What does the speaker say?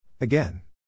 Again